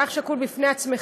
אתה אח שכול בפני עצמך,